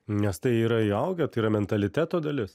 nes tai yra įaugę tai yra mentaliteto dalis